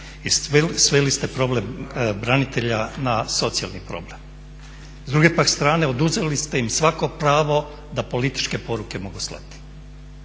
I sveli ste problem branitelja na socijalni problem. S druge pak strane oduzeli ste im svako pravo da političke poruke mogu slati.